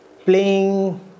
playing